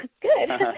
Good